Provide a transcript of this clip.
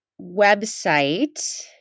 website